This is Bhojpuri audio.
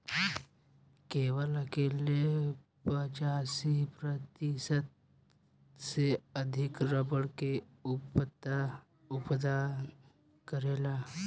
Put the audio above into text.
केरल अकेले पचासी प्रतिशत से अधिक रबड़ के उत्पादन करेला